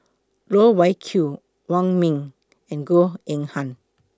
Loh Wai Kiew Wong Ming and Goh Eng Han